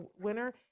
winner